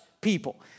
people